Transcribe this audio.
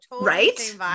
right